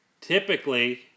Typically